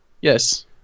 yes